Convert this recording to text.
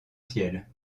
ciel